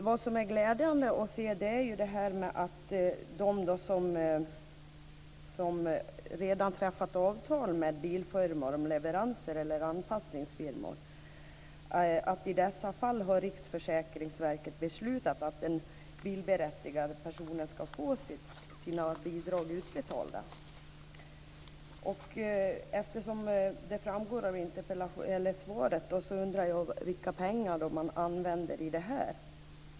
Vad som är glädjande att se är att i de fall där det redan träffats avtal med bilfirmor eller anpassningsfirmor om leveranser har Riksförsäkringsverket beslutat att den bilberättigade personen ska få sina bidrag utbetalda. Eftersom detta framgår av svaret undrar jag vilka pengar man använder till det här.